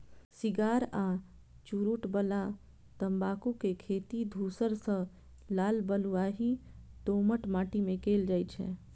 cigar आ चुरूट बला तंबाकू के खेती धूसर सं लाल बलुआही दोमट माटि मे कैल जाइ छै